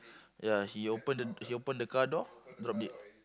ya he open the he open the car door drop dead